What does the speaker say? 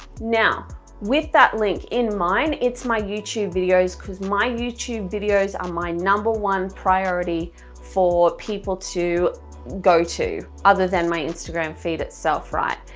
now with that link in mine it's my youtube videos because my youtube videos are um my number one priority for people to go to other than my instagram feed itself right,